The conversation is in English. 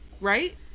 Right